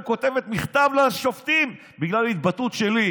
כותבת מכתב לשופטים בגלל התבטאות שלי.